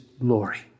glory